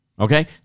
Okay